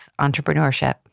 entrepreneurship